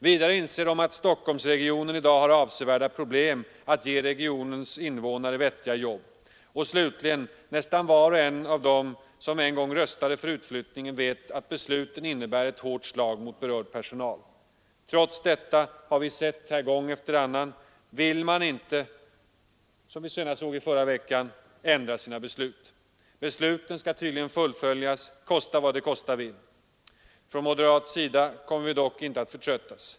Vidare inser de att Stockholmsregionen i dag har avsevärda problem att ge regionens invånare vettiga jobb, och slutligen kan sägas att nästan var och en av dem som en gång röstade för utflyttningen vet att besluten innebär ett hårt slag mot berörd personal. Trots detta har vi gång efter annan sett att man inte vill ändra sina beslut, vilket vi kunde konstatera senast förra veckan. Besluten skall tydligen fullföljas, kosta vad det kosta vill. Från moderat sida kommer vi dock inte att förtröttas.